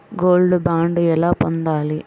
Gold bond ఎలా పొందాలి?